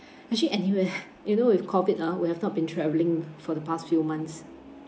actually anywhere you know with COVID ah we have not been travelling for the past few months